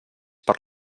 per